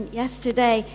yesterday